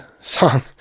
song